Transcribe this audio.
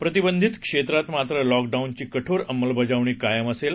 प्रतिबंधित क्षेत्रात मात्र लॉकडाऊनची कठोर अंमलबजावणी कायम असेल